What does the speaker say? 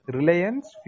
Reliance